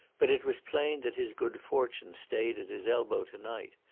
but it was plain that his good fortune stayed at his elbow to-night,